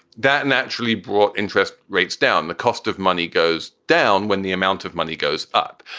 that naturally brought interest rates down, the cost of money goes down when the amount of money goes up.